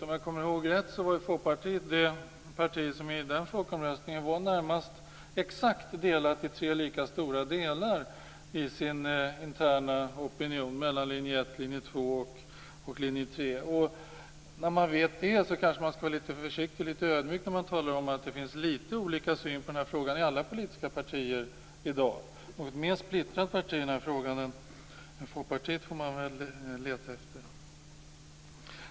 Om jag kommer ihåg rätt var ju Folkpartiet i den folkomröstningen delat i tre nästan exakt lika stora delar mellan linje 1, linje 2 och linje 3 sin interna opinion. När man vet det, kanske man skall vara litet försiktig och ödmjuk när man talar om att det finns litet olika syn på den här frågan i alla politiska partier i dag. Ett mer splittrat parti i den här frågan än Folkpartiet får man väl leta efter.